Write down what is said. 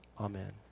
Amen